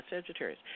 Sagittarius